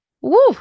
Woo